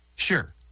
Sure